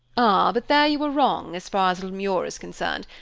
ah, but there you are wrong, as far as little muir is concerned.